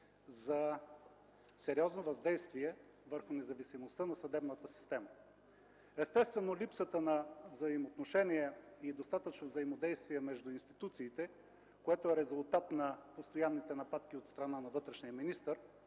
за сериозно въздействие върху независимостта на съдебната система. Естествено, липсата на взаимоотношение и достатъчно взаимодействие между институциите, което е резултат на постоянните нападки от страна на вътрешния министър,